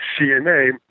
CNA